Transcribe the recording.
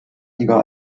liga